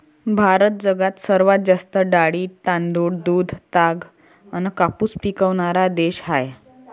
भारत जगात सर्वात जास्त डाळी, तांदूळ, दूध, ताग अन कापूस पिकवनारा देश हाय